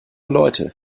leute